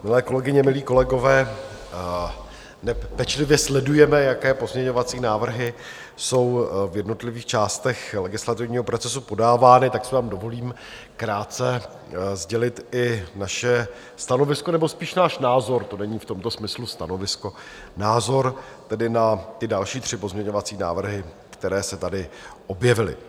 Milé kolegyně, milí kolegové, neb pečlivě sledujeme, jaké pozměňovací návrhy jsou v jednotlivých částech legislativního procesu podávány, tak si vám dovolím krátce sdělit i naše stanovisko nebo spíš náš názor to není v tomto smyslu stanovisko, názor tedy na další tři pozměňovací návrhy, které se tady objevily.